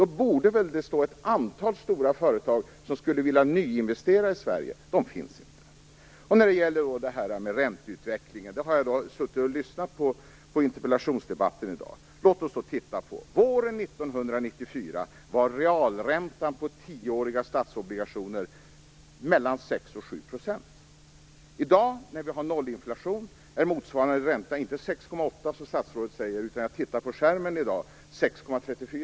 Det borde i så fall stå ett antal stora företag på kö för att nyinvestera i Sverige, men det gör det inte. När det gäller ränteutvecklingen har jag lyssnat på interpellationsdebatten i dag. Låt oss se på våren 1994, då realräntan på tioåriga statsobligationer var mellan 6 och 7 %. I dag, med nollinflation, är motsvarande ränta inte 6,8 %, som statsrådet säger, utan 6,34 %, som jag såg på skärmen i dag.